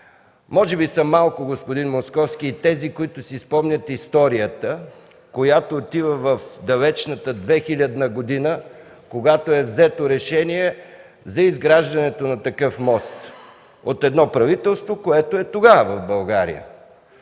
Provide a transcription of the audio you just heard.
Може би са малко, господин Московски, и тези, които си спомнят историята, която отива в далечната 2000 г., когато е взето решение за изграждането на такъв мост от тогавашното правителство на България.